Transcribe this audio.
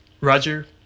Roger